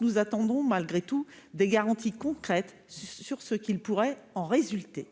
Nous attendrons, malgré tout, des garanties concrètes sur ce qui pourrait en résulter.